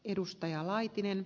edustaja laitinen